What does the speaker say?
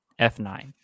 F9